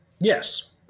Yes